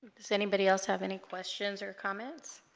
does anybody else have any questions or comments